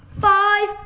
Five